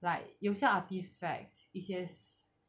like 有些 artifacts 一些 s~